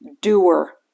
doer